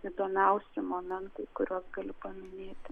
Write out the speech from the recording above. įdomiausi momentai kuriuos galiu paminėti